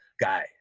guy